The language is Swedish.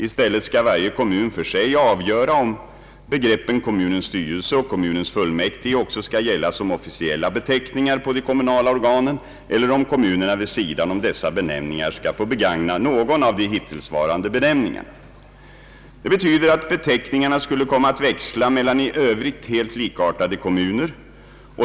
I stället skall varje kommun för sig avgöra om begreppen kommunens styrelse och kommunens fullmäktige också skall gälla såsom officiella beteckningar på de kommunala organen eller om kommunerna vid sidan av dessa benämningar skall få begagna någon av de hittillsvarande benämningarna. Det betyder att beteckningarna skulle komma att växla mellan i övrigt helt likartade kommuner.